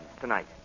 tonight